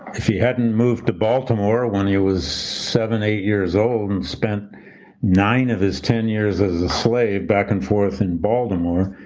if he hadn't moved to baltimore, ah when he was seven, eight years old and spent nine of his ten years as a slave back and forth in baltimore,